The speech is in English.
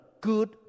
good